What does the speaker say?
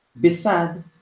besad